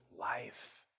life